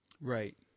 right